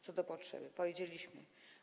Co do potrzeby - powiedzieliśmy.